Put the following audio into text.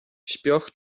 śpioch